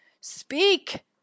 Speak